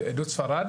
עדות ספרד,